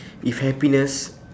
if happiness